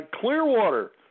Clearwater